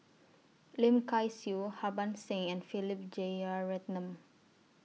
Lim Kay Siu Harbans Singh and Philip Jeyaretnam